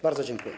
Bardzo dziękuję.